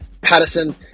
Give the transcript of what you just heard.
Patterson